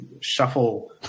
shuffle